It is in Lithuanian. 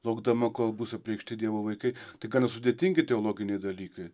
laukdama kol bus apreikšti dievo vaikai tai gana sudėtingi teologiniai dalykai